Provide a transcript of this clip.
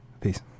Peace